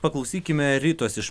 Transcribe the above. paklausykime ritos iš